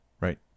right